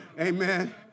Amen